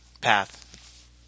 path